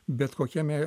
bet kokiame